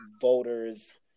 voters